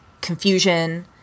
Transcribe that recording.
confusion